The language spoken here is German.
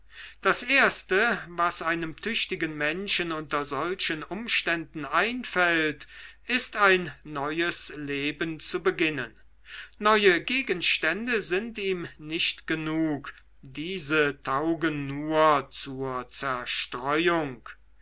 das erste was einem tüchtigen menschen unter solchen umständen einfällt ist ein neues leben zu beginnen neue gegenstände sind ihm nicht genug diese taugen nur zur zerstreuung